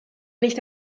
nicht